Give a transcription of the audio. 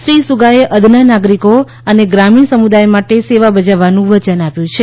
શ્રી સુગાએ અદના નાગરિકો અને ગ્રામીણ સમુદાય માટે સેવા બજાવવાનું વચન આપ્યું છે